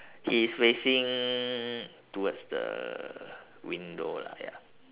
he is facing towards the window lah ya